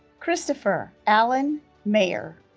christopher alan meyer